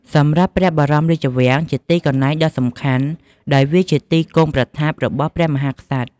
សម្រាប់ព្រះបរមរាជវាំងជាទីកន្លែងដ៏សំខាន់ ដោយវាជាទីគង់ប្រថាប់របស់ព្រះមហាក្សត្រ។